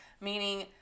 meaning